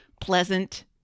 pleasant